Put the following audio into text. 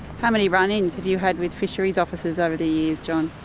how many run-ins have you had with fisheries offices over the years, john?